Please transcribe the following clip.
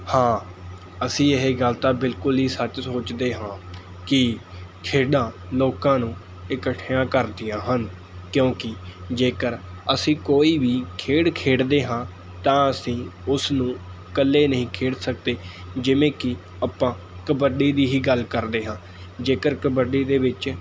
ਹਾਂ ਅਸੀਂ ਇਹ ਗੱਲ ਤਾਂ ਬਿਲਕੁਲ ਹੀ ਸੱਚ ਸੋਚਦੇ ਹਾਂ ਕਿ ਖੇਡਾਂ ਲੋਕਾਂ ਨੂੰ ਇਕੱਠਿਆ ਕਰਦੀਆਂ ਹਨ ਕਿਉਂਕਿ ਜੇਕਰ ਅਸੀਂ ਕੋਈ ਵੀ ਖੇਡ ਖੇਡਦੇ ਹਾਂ ਤਾਂ ਅਸੀਂ ਉਸ ਨੂੰ ਕੱਲੇ ਨਹੀਂ ਖੇਡ ਸਕਦੇ ਜਿਵੇਂ ਕਿ ਆਪਾਂ ਕਬੱਡੀ ਦੀ ਹੀ ਗੱਲ ਕਰਦੇ ਹਾਂ ਜੇਕਰ ਕਬੱਡੀ ਦੇ ਵਿੱਚ